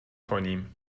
کنیم